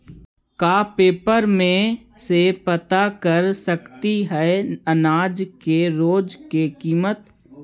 का पेपर में से पता कर सकती है अनाज के रोज के किमत?